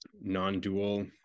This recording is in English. non-dual